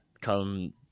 come